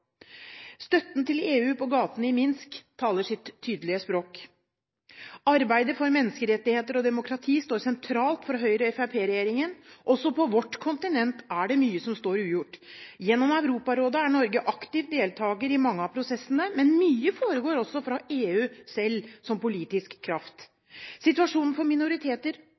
Støtten til EU på gatene i Minsk Representanten Graham sa Minsk, men mente Kiev. taler sitt tydelige språk. Arbeidet for menneskerettigheter og demokrati står sentralt for Høyre–Fremskrittsparti-regjeringen. Også på vårt kontinent er det mye som står ugjort. Gjennom Europarådet er Norge aktiv deltaker i mange av prosessene, men mye foregår også fra EU selv – som politisk kraft. Situasjonen for minoriteter,